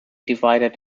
divided